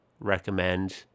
Recommend